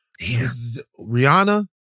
Rihanna